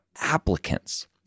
applicants